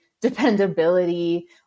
dependability